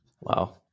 Wow